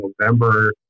November